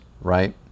right